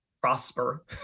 prosper